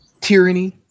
tyranny